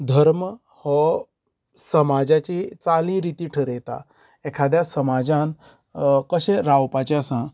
धर्म हो समाजाची चाली रिती थारायता एकाद्या समाजान कशें रावपाचे आसा